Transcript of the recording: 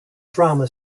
drama